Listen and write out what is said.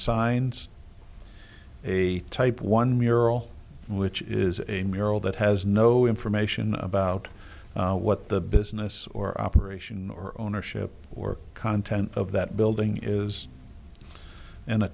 signs a type one mural which is a mural that has no information about what the business or operation or ownership or content of that building is and a